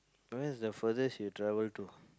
where is the furthest you travel to